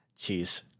jeez